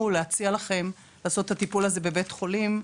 להציע לכם לעשות את הטיפול הזה בבית חולים,